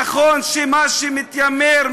נכון שמה שמתיימר,